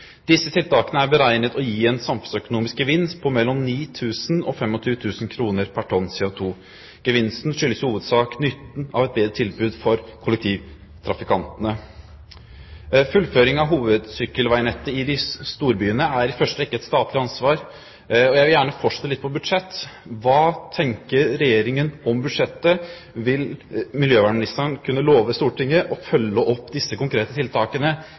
Disse tiltakene er beregnet å gi en samfunnsøkonomisk gevinst på 9 000–25 000 kr pr. tonn CO2. Gevinsten vil i hovedsak skyldes nytten av et bedre tilbud for kollektivtrafikantene. Fullføring av hovedsykkelveinettet i storbyene er i første rekke et statlig ansvar, og jeg vil gjerne fortsette litt med tanke på budsjett. Hva tenker Regjeringen om budsjettet? Vil miljøvernministeren kunne love Stortinget å følge opp disse konkrete tiltakene